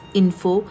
info